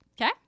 Okay